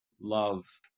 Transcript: love